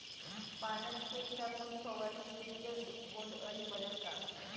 पाण्यात शेण टाकून फवारणी केली तर बोंडअळी मरेल का?